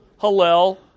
Hallel